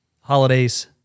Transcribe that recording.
holidays